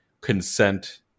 consent